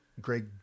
Greg